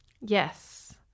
Yes